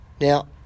Now